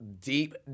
Deep